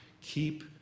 keep